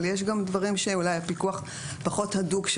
אבל יש גם דברים שאולי הפיקוח פחות הדוק,